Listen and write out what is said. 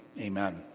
Amen